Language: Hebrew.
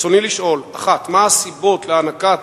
רצוני לשאול: 1. מה הן הסיבות להענקת